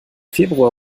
februar